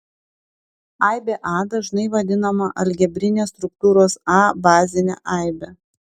aibė a dažnai vadinama algebrinės struktūros a bazine aibe